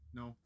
no